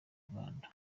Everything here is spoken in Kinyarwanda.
rwanda